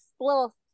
Little